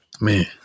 man